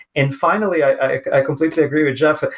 and finally, i completely agree with jeff.